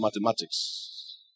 mathematics